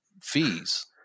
fees